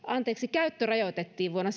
käyttö rajoitettiin suomessa vuonna